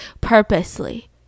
purposely